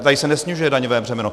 Tady se nesnižuje daňové břemeno.